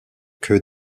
que